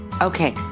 Okay